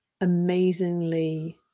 amazingly